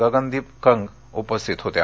गगनदीप कंग उपस्थित होत्या